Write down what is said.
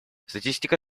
статистика